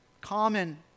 common